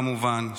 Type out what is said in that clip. כמובן,